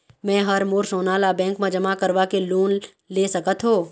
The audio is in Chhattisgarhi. मैं हर मोर सोना ला बैंक म जमा करवाके लोन ले सकत हो?